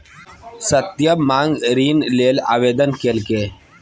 सत्यम माँग ऋण लेल आवेदन केलकै